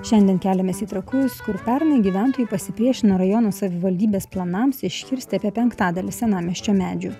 šiandien keliamės į trakus kur pernai gyventojai pasipriešino rajono savivaldybės planams iškirsti apie penktadalį senamiesčio medžių